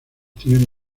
tienen